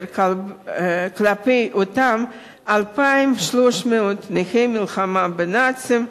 כלפי אותם 2,300 נכי המלחמה בנאצים,